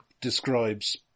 describes